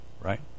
right